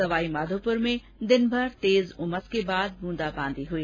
सवाईमाधोपुर में दिनभर तेज उमस के बाद बूंदाबादी हुई